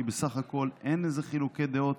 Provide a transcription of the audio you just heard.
כי בסך הכול אין חילוקי דעות